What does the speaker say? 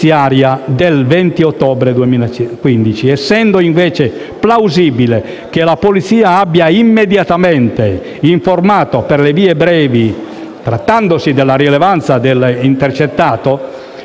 del 20 ottobre 2015), essendo invece plausibile che la polizia abbia immediatamente informato per le vie brevi lo stesso in considerazione della rilevanza dell'intercettato,